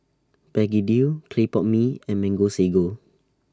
Begedil Clay Pot Mee and Mango Sago